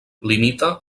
limita